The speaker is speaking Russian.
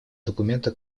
документа